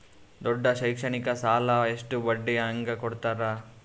ದೊಡ್ಡ ಶಿಕ್ಷಣಕ್ಕ ಸಾಲ ಎಷ್ಟ ಬಡ್ಡಿ ಹಂಗ ಕೊಡ್ತಾರ?